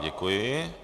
Děkuji.